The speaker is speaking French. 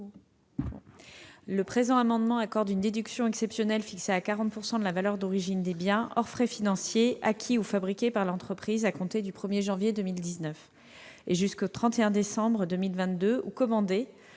a pour objet d'accorder une déduction exceptionnelle, fixée à 40 % de la valeur d'origine des biens- hors frais financiers -acquis ou fabriqués par l'entreprise à compter du 1 janvier 2019 et jusqu'au 31 décembre 2022, ou commandés